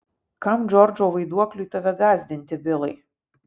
kam džordžo vaiduokliui tave gąsdinti bilai